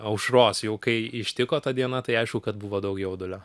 aušros jau kai ištiko ta diena tai aišku kad buvo daug jaudulio